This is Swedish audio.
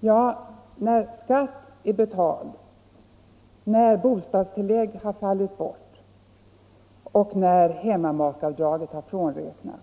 Ja, när skatten är betald, när bostadstillägget fallit bort och när hemmamakeavdraget har frånräknats